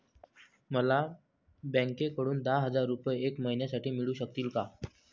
मला बँकेकडून दहा हजार रुपये एक महिन्यांसाठी मिळू शकतील का?